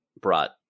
brought